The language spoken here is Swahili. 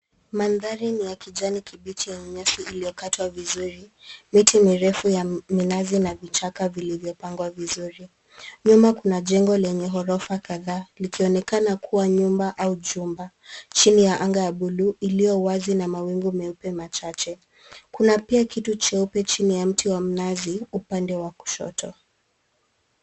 Mandhari ni ya kijani kibichi yenye nyasi iliyokatwa vizuri, miti mirefu ya minazi na vichaka vilivyopangwa vizuri. Nyuma kuna jengo lenye ghorofa kadhaa likionekana kuwa nyumba au chumba chini ya anga ya bluu iliyowazi na mawingu meupe machache. Kuna pia kitu cheupe chini ya mti wa mnazi upande wa kushoto.